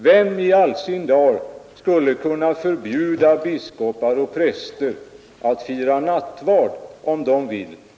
Vem i all sin dar skulle kunna förbjuda biskopar och präster att fira nattvard tillsammans med andra samfund om de vill?